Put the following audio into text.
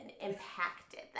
impacted